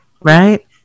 right